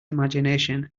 imagination